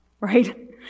right